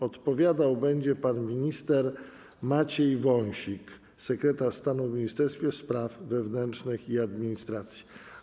Odpowiadał będzie pan minister Maciej Wąsik, sekretarz stanu w Ministerstwie Spraw Wewnętrznych i Administracji.